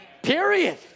Period